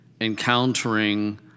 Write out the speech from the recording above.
encountering